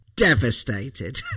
devastated